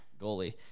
goalie